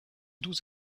douze